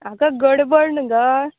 आगो गडबड न्हू गो